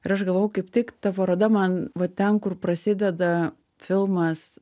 ir aš galvojau kaip tik ta paroda man va ten kur prasideda filmas